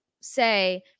say